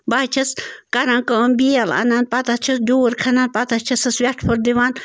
بہٕ حظ چھَس کَران کٲم بیل اَنان پتہٕ حظ چھَس ڈوٗر کھَنان پتہٕ حظ چھَسَس دِوان